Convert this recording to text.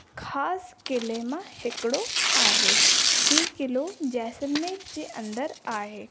ख़ासि क़िले मां हिकिड़ो आहे ही क़िलो जैसलमेर जे अंदरि आहे